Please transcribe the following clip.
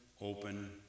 open